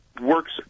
works